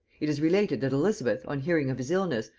it is related that elizabeth, on hearing of his illness,